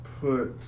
put